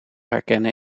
herkennen